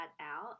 out